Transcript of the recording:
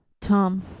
Tom